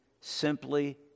simply